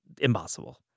impossible